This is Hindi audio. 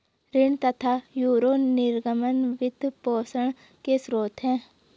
ऋण तथा यूरो निर्गम वित्त पोषण के स्रोत है